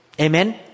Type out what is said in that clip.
Amen